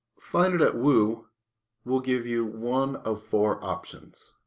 find it it wou will give you one of four options